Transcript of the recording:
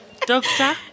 doctor